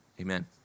Amen